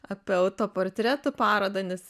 apie autoportretų parodą nes